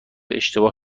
اشتباه